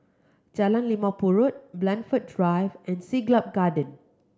Jalan Limau Purut Blandford Drive and Siglap Garden